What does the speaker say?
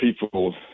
people